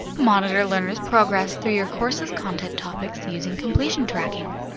monitor learners progress through your course's content topics using completion tracking.